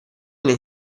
nei